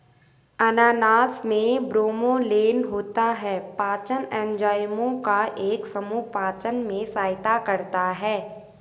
अनानास में ब्रोमेलैन होता है, पाचन एंजाइमों का एक समूह पाचन में सहायता करता है